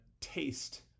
taste